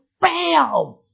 BAM